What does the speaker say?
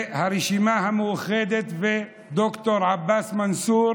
והרשימה המאוחדת, וד"ר עבאס מנסור